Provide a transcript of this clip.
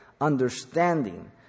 understanding